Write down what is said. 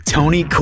Tony